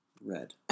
red